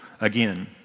again